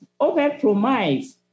overpromise